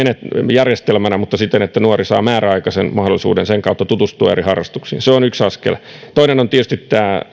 järjestelmänä mutta siten että nuori saa määräaikaisen mahdollisuuden sen kautta tutustua eri harrastuksiin se on yksi askel toinen on tietysti